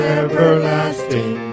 everlasting